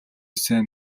сайн